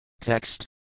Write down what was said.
Text